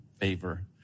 favor